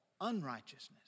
unrighteousness